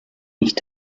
nicht